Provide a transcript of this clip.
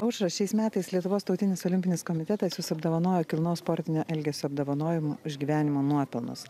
aušra šiais metais lietuvos tautinis olimpinis komitetas jus apdovanojo kilnaus sportinio elgesio apdovanojim už gyvenimo nuopelnus